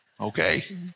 Okay